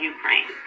Ukraine